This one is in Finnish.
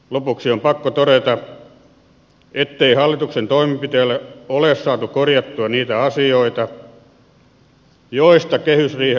lopuksi on pakko todeta ettei hallituksen toimenpiteillä ole saatu korjattua niitä asioita joita kehysriihessä lähdettiin tavoittelemaan